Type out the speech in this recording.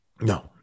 No